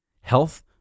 health